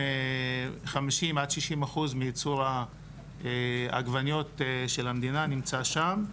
60%-50% מייצור העגבניות של המדינה נמצא שם.